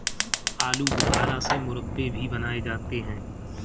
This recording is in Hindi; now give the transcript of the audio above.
आलू बुखारा से मुरब्बे भी बनाए जाते हैं